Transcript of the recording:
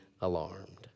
alarmed